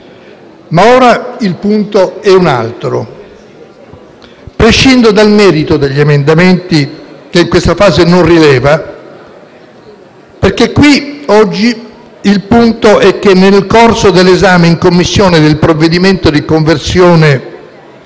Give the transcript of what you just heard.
Ora il punto è un altro. Prescindo dal merito degli emendamenti che in questa fase non rileva, perché qui oggi il punto è che nel corso dell'esame in Commissione del provvedimento di conversione